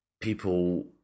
people